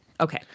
Okay